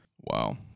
Wow